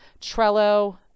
Trello